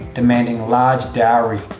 demanding large dowry,